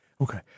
okay